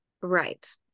Right